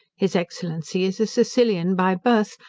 his excellency is a sicilian by birth,